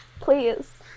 please